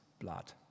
blood